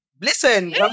listen